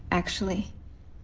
actually,